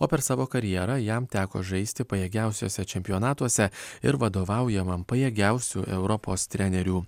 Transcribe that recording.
o per savo karjera jam teko žaisti pajėgiausiuose čempionatuose ir vadovaujamam pajėgiausių europos trenerių